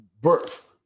birth